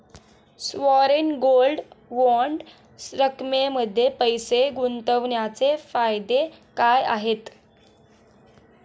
Sovereign gold bond स्कीममध्ये पैसे गुंतवण्याचे फायदे काय आहेत?